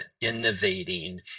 innovating